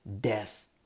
Death